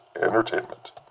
entertainment